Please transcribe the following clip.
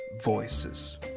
voices